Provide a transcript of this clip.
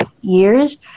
years